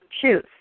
choose